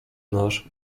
nasz